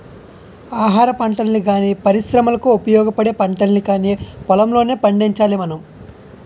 ఆహారపంటల్ని గానీ, పరిశ్రమలకు ఉపయోగపడే పంటల్ని కానీ పొలంలోనే పండించాలి మనం